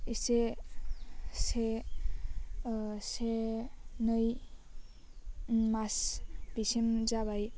एसे से से नै मास बिसिम जाबाय